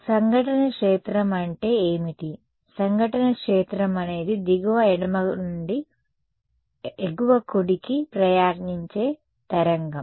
కాబట్టి సంఘటన క్షేత్రం అంటే ఏమిటి సంఘటన క్షేత్రం అనేది దిగువ ఎడమ నుండి ఎగువ కుడికి ప్రయాణించే తరంగం